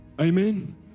amen